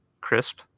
crisp